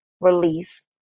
Release